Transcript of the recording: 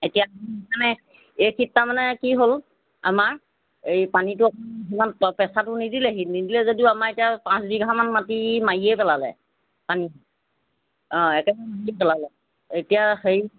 এতিয়া এইখিনিৰপৰা মানে কি হ'ল আমাৰ এই পানীটো সিমান প্ৰেচাৰটো নিদিলেহি নিদিলে যদিও আমাৰ এতিয়া পাঁচ বিঘামান মাটি মাৰিয়ে পেলালে পানী অঁ একেবাৰে মাৰি পেলালে এতিয়া হেৰি